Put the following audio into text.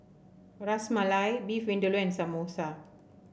Ras Malai Beef Vindaloo and Samosa